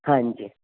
ਹਾਂਜੀ